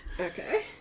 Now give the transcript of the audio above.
Okay